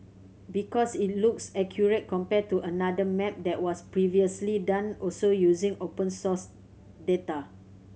because it looks accurate compared to another map that was previously done also using open source data